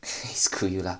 screw you lah